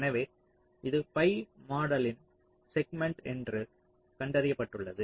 எனவே இது bimodal யின் செக்மென்ட் என்று கண்டறியப்பட்டுள்ளது